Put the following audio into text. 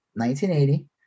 1980